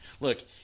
Look